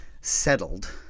settled